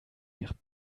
ihrem